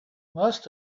must